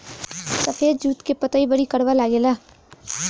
सफेद जुट के पतई बड़ी करवा लागेला